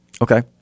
Okay